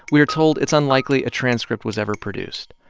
we're told it's unlikely a transcript was ever produced.